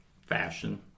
fashion